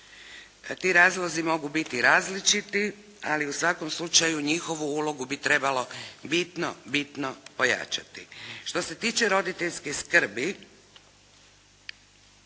Ti razlozi mogu biti različiti, ali u svakom slučaju njihovu ulogu bi trebalo bitno, bitno pojačati. Što se tiče roditeljske skrbi